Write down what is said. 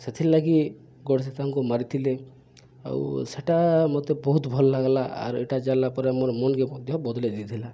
ସେଥିର୍ଲାଗି ଗଡ଼୍ସେ ତାଙ୍କୁ ମାରିଥିଲେ ଆଉ ସେଟା ମତେ ବହୁତ୍ ଭଲ୍ ଲାଗ୍ଲା ଆର୍ ଇଟା ଜାନ୍ଲା ପରେ ମୋର୍ ମନ୍କେ ମଧ୍ୟ ବଦ୍ଲେଇ ଦେଇଥିଲା